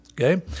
Okay